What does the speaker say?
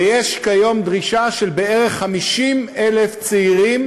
ויש כיום דרישה של כ-50,000 צעירים